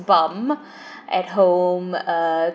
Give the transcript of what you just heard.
bum at home uh